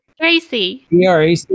Tracy